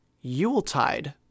Yuletide